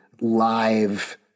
live